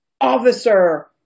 officer